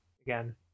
again